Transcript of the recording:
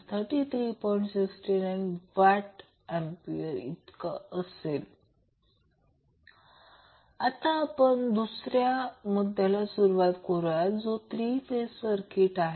69VA असेल आता आपण दुसऱ्या मुद्द्याला सुरुवात करुया जो 3 फेज सर्किट आहे